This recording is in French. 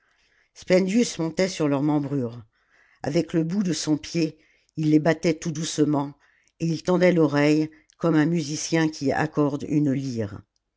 spendius montait sur leur membrure avec le bout de son pied il les battait tout doucement et il tendait l'oreille comme un musicien qui accorde une ijre